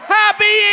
happy